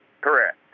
Correct